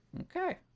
Okay